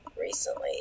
recently